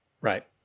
Right